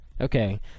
Okay